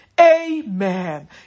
amen